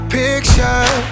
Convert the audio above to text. picture